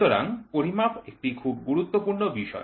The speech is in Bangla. সুতরাং পরিমাপ একটি খুব গুরুত্বপূর্ণ বিষয়